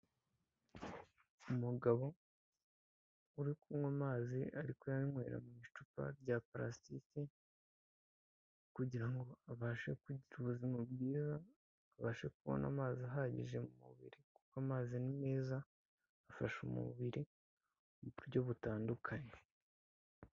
Umugabo uri kunywa amazi ari kuyanywera mu icupa rya purasitike kugira ngo abashe kugira ubuzima bwiza abashe kubona amazi ahagije mu mubiri, kuko amazi ni meza afasha umubiri mu buryo butandukanye.